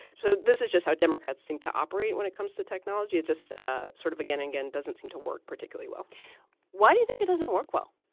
so this is just how democrats seem to operate when it comes to technology. it's just ah sort of beginning again. doesn't seem to work particularly well why do you think it doesn't work well?